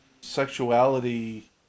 sexuality